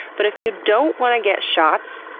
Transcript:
but if you don't want to get shots,